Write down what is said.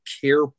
Care